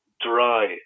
dry